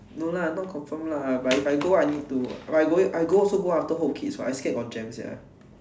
no lah not confirm lah but if I go I need to I go I go also go after hope kids what I scared got jam sia